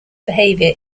behavior